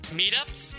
meetups